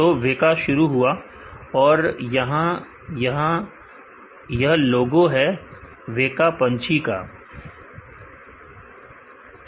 तो देखा शुरू हुआ और यहां यह लोगों वेका पंछी का है